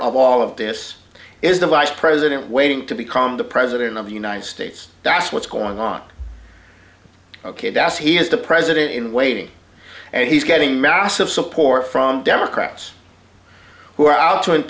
of all of this is the vice president waiting to become the president of the united states that's what's going on ok that's he is the president in waiting and he's getting massive support from democrats who